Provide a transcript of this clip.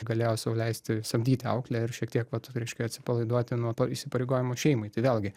galėjo sau leisti samdyti auklę ir šiek tiek vat reiškia atsipalaiduoti nuo pa įsipareigojimų šeimai tai vėlgi